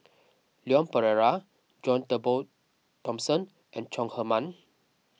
Leon Perera John Turnbull Thomson and Chong Heman